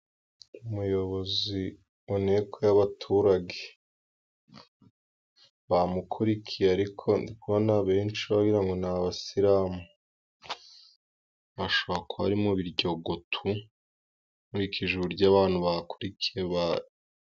Umuyobozi mu nteko y'abaturage, bamukurikiye ariko ndi kubona benshi wagira ngo ni abasilamu. Hashobora kuba ari mu Biryogo tu! Nkurikije uburyo abantu bakurikiye ba...